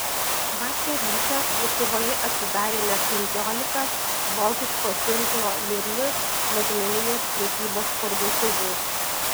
vakar rytą lietuvoje atsidarė net penkiolika vokiško tinklo lidl mažmeninės prekybos parduotuvių